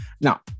Now